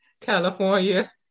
California